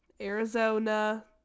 Arizona